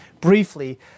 briefly